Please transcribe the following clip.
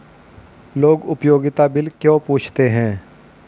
लोग उपयोगिता बिल क्यों पूछते हैं?